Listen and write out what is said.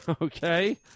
Okay